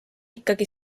ikkagi